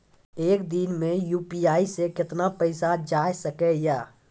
एक दिन मे यु.पी.आई से कितना पैसा जाय सके या?